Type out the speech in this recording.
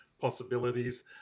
possibilities